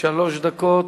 שלוש דקות.